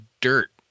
dirt